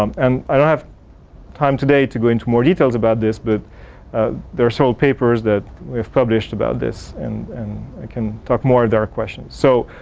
um and i have time today to go into more details about this but ah there are sold papers that we have published about this and and i can talk more if there are questions. so,